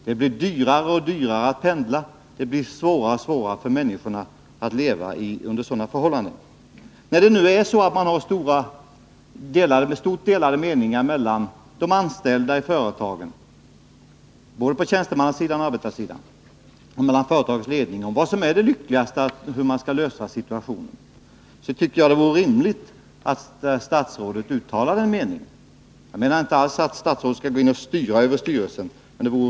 Det blir dyrare och dyrare att pendla och svårare och svårare för människorna att leva under sådana förhållanden. När det nu råder starkt delade meningar mellan de anställda i företaget — både på tjänstemannasidan och på arbetarsidan — och företagsledningen om hur man på lyckligaste sätt skall lösa situationen, vore det rimligt att statsrådet uttalade en mening. Jag menar därmed inte alls att statsrådet skall gå in och dirigera styrelsen.